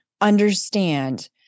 understand